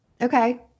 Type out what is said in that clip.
Okay